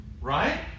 Right